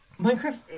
minecraft